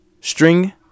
string